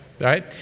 Right